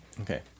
Okay